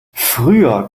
früher